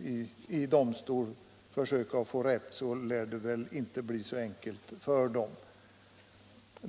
inför domstol försöka få rätt, så lär det inte bli så enkelt för dem.